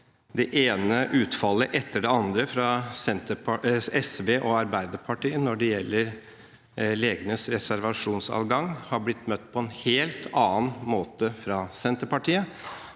Det ene utfallet etter det andre fra SVog Arbeiderpartiet når det gjelder legenes reservasjonsadgang, har blitt møtt på en helt annen måte fra Senterpartiet,